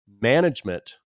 management